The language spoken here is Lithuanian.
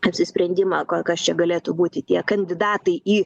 apsisprendimą ko kas čia galėtų būti tie kandidatai į